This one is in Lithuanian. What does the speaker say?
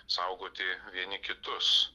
saugoti vieni kitus